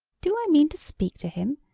do i mean to speak to him?